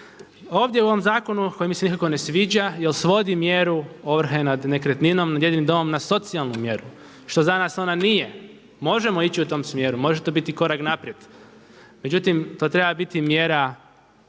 Ovdje u ovom zakonu koji mi se nikako ne sviđa jer svodi mjeru ovrhe nad nekretninom, nad jedinim domom na socijalnu mjeru što za nas ona nije. Možemo ići u tom smjeru, može to biti korak naprijed, međutim to treba biti mjera